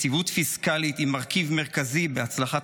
יציבות פיסקלית היא מרכיב מרכזי בהצלחת